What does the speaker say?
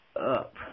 up